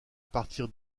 partir